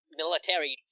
military